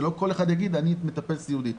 שלא כל אחד יוכל להגיד שהוא מטפל סיעודי.